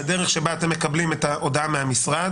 הדרך שבה אתם מקבלים את ההודעה מהמשרד,